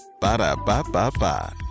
Ba-da-ba-ba-ba